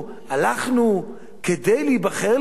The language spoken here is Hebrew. כדי להיבחר להיות חברי כנסת.